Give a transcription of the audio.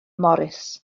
morris